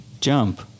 jump